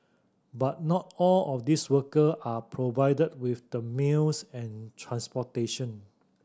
but not all of these worker were provided with the meals and transportation